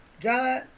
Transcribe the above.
God